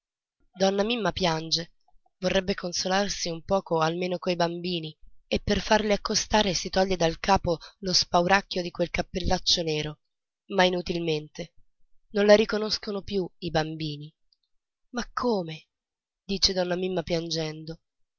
donna mimma piange vorrebbe consolarsi un poco almeno coi bambini e per farli accostare si toglie dal capo lo spauracchio di quel cappellaccio nero ma inutilmente non la riconoscono più i bambini ma come dice donna mimma piangendo